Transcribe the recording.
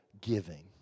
giving